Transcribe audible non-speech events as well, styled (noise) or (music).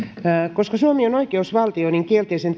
koska suomi on oikeusvaltio kielteisen (unintelligible)